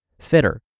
fitter